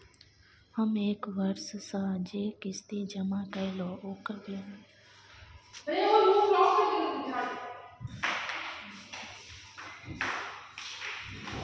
हम एक वर्ष स जे किस्ती जमा कैलौ, ओकर विवरण निकलवाबे के छै?